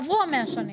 עברו 100 שנים.